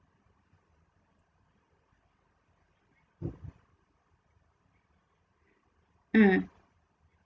mm